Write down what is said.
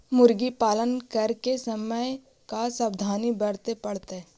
मुर्गी पालन करे के समय का सावधानी वर्तें पड़तई?